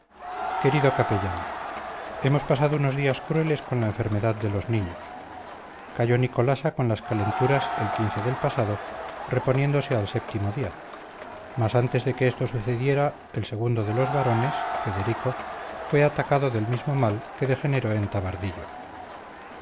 querido capellán hemos pasado unos días crueles con la enfermedad de los niños cayó nicolasa con calenturas el del pasado reponiéndose al séptimo día mas antes de que esto sucediera el segundo de los varones federico fue atacado del mismo mal que degeneró en tabardillo